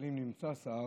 אם נמצא שר,